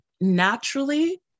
naturally